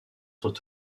sont